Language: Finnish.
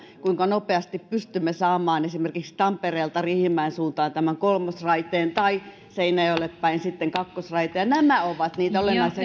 kuinka nopeasti pystymme saamaan esimerkiksi tampereelta riihimäen suuntaan tämän kolmosraiteen tai seinäjoelle päin kakkosraiteen ja nämä ovat niitä olennaisia